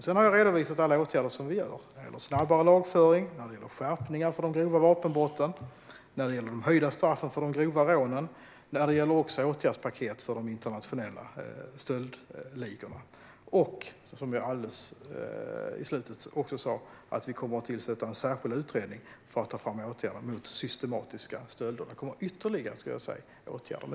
Jag har redovisat alla åtgärder som vi vidtar. Det gäller snabbare lagföring, skärpta straff för grova vapenbrott och för grova rån samt åtgärdspaket mot internationella stöldligor. Dessutom kommer vi att tillsätta en särskild utredning för att ta fram åtgärder mot systematiska stölder. Där kommer ytterligare åtgärder.